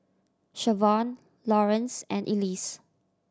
Siobhan Lawrance and Elise